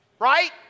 Right